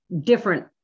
different